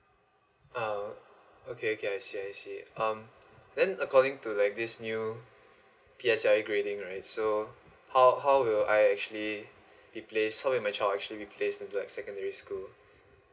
uh okay okay I see I see um then according to like this new P_S_I grading right so how how will I actually be place how am I child actually replaced into like secondary school